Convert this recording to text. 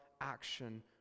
action